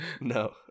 No